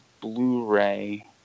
Blu-ray